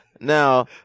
Now